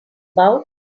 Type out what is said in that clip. about